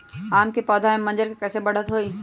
आम क पौधा म मजर म कैसे बढ़त होई?